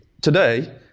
today